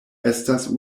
estas